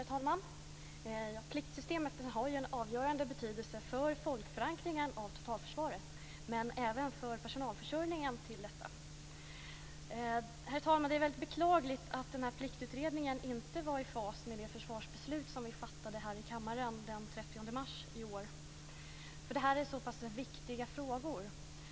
Herr talman! Pliktsystemet har en avgörande betydelse för folkförankringen av totalförsvaret, men även för personalförsörjningen. Herr talman! Det är väldigt beklagligt att Pliktutredningen inte var i fas med det försvarsbeslut vi fattade här i kammaren den 30 mars i år. Det här är nämligen så pass viktiga frågor.